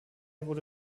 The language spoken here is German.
wurde